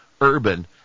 urban